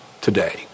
today